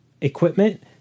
equipment